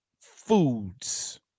foods